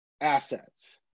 assets